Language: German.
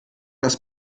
das